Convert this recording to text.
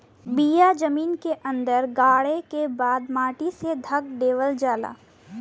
बिया जमीन के अंदर गाड़े के बाद मट्टी से ढक देवल जाला